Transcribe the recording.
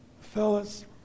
fellas